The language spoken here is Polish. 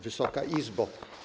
Wysoka Izbo!